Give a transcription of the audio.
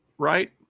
right